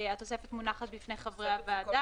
התוספת מונחת לפני חברי הוועדה.